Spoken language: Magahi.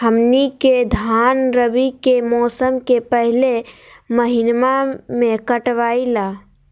हमनी के धान रवि के मौसम के पहले महिनवा में कटाई ला